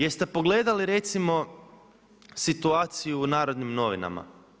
Jeste pogledali recimo situaciju u Narodnim novinama?